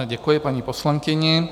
Děkuji paní poslankyni.